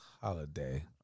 Holiday